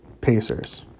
Pacers